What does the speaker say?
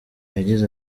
yagize